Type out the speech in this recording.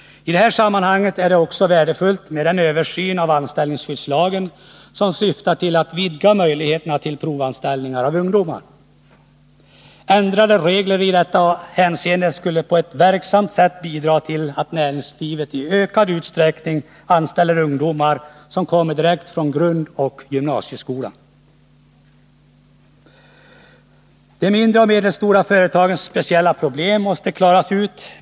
I det här sammanhanget är det också värdefullt med den översyn av anställningsskyddslagen som syftar till att vidga möjligheterna till provanställning av ungdomar. Ändrade regler i detta hänseende skulle på ett verksamt sätt bidra till att näringslivet i ökad utsträckning anställer ungdomar som kommer direkt från grundoch gymnasieskolan. De mindre och medelstora företagens speciella problem måste klaras ut.